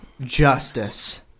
Justice